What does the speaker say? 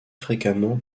fréquemment